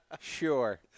Sure